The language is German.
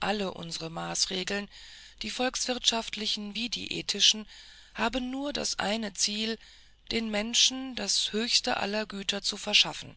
alle unsre maßregeln die volkswirtschaftlichen wie die ethischen haben nur das eine ziel den menschen das höchste aller güter zu verschaffen